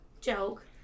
joke